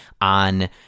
on